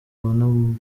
abona